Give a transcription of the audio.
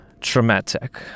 traumatic